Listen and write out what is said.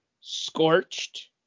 Scorched